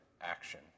action